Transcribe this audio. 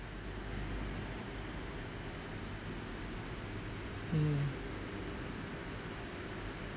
mm